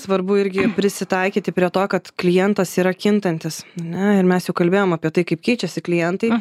svarbu irgi prisitaikyti prie to kad klientas yra kintantis ane ir mes kalbėjom apie tai kaip keičiasi klientai